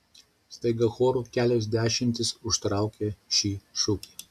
staiga choru kelios dešimtys užtraukia šį šūkį